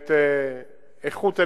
ואת איכות הנהגים,